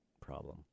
problem